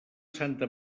santa